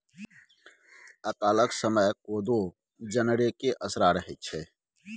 अकालक समय कोदो जनरेके असरा रहैत छै